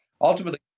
Ultimately